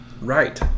Right